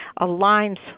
aligns